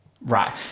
Right